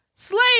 Slave